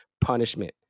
punishment